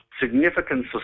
significant